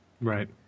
Right